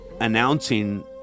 announcing